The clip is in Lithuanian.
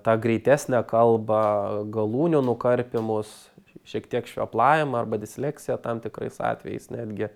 tą greitesnę kalba galūnių nukarpymus šiek tiek šveplavimą arba disleksiją tam tikrais atvejais netgi